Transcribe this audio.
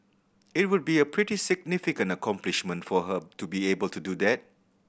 it would be a pretty significant accomplishment for her to be able to do that